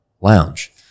lounge